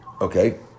okay